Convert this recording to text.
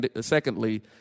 secondly